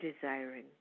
desiring